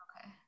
Okay